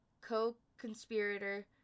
co-conspirator